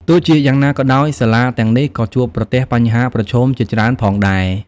ទោះជាយ៉ាងណាក៏ដោយ សាលាទាំងនេះក៏ជួបប្រទះបញ្ហាប្រឈមជាច្រើនផងដែរ។